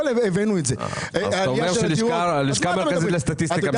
אז אתה אומר שהלשכה המרכזית לסטטיסטיקה משקרת.